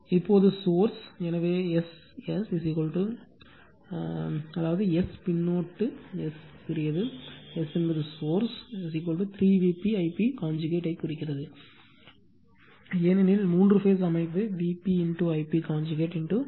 இப்போது சோர்ஸ்ல் எனவே S s அதாவது S பின்னொட்டு s சிறியது s என்பது source 3 Vp I p conjugate ஐ குறிக்கிறது ஏனெனில் மூன்று பேஸ் அமைப்பு Vp Ip கான்ஜுகேட் 3